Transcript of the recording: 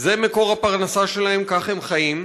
זה מקור הפרנסה שלהם, כך הם חיים.